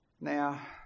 Now